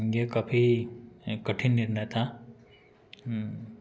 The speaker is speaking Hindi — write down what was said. यह काफ़ी एक कठिन निर्णय था हम्म